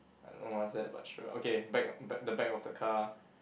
I don't know what's that but sure okay back back the back of the car